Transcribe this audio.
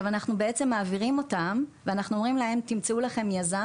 אנחנו בעצם מעבירים אותם ואנחנו אומרים להם תמצאו לכם יזם